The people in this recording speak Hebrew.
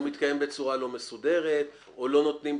או מתקיים בצורה לא מסודרת, או שלא נותנים.